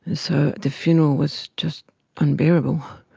so the funeral was just unbearable.